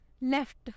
Left